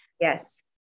Yes